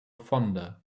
fonder